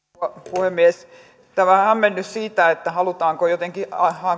puhemies tämä hämmennys siitä halutaanko jotenkin